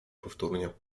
powtórnie